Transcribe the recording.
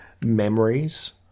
memories